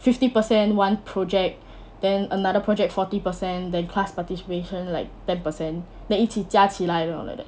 fifty percent one project then another project forty per cent than class participation like ten percent then 一起加起来这种 like that